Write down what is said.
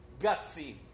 gutsy